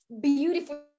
beautiful